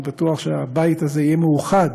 אני בטוח שהבית הזה יהיה מאוחד